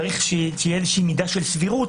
צריך שתהיה איזושהי מידה של סבירות,